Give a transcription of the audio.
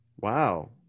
Wow